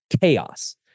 chaos